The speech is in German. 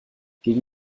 gegen